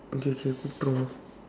okay okay